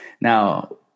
now